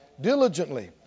diligently